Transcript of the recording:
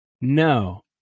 No